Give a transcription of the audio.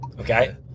okay